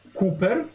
Cooper